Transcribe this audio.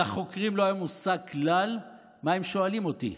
לחוקרים לא היה מושג כלל מה הם שואלים אותי.